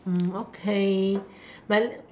mm okay then